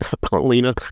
Paulina